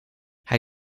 hij